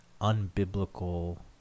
unbiblical